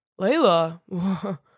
Layla